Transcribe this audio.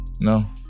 No